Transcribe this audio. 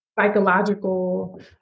psychological